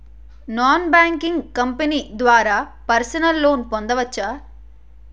Non banking company ద్వారా personal loan పొందవచ్చా?